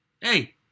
hey